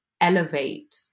elevate